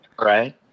Right